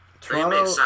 Toronto